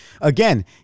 again